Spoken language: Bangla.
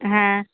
হ্যাঁ